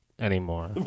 anymore